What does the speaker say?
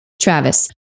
Travis